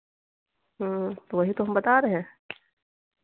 तो वही तो हम बता रहे हैं